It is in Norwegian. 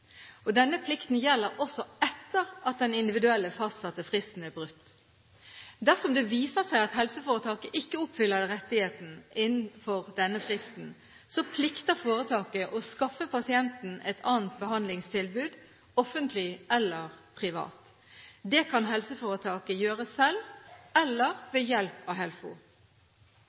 helsehjelp. Denne plikten gjelder også etter at den individuelt fastsatte fristen er brutt. Dersom det viser seg at helseforetaket ikke kan oppfylle rettigheten innenfor denne fristen, plikter foretaket å skaffe pasienten et annet behandlingstilbud, offentlig eller privat. Det kan helseforetaket gjøre selv eller ved hjelp av HELFO.